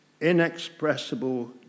inexpressible